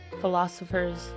philosophers